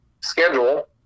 schedule